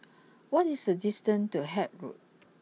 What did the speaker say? what is the distance to Haig Road